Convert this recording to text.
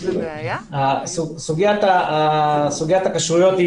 סוגיית הכשרויות...